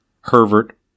Herbert